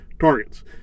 targets